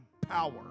power